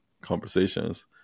conversations